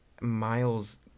Miles